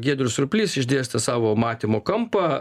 giedrius surplys išdėstė savo matymo kampą